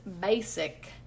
basic